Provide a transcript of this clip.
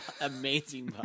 Amazing